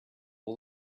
all